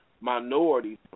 minorities